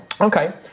Okay